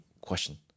question